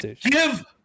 Give